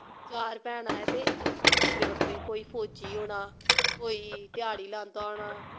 चार भैना ऐ ते बक्खरे बक्खरे कोई फोजी होना कोई ध्याह्ड़ी लांदा होना